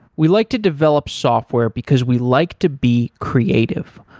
we like to develop software because we like to be creative.